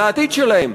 על העתיד שלהם.